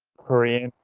korean,